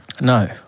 No